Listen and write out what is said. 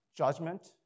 Judgment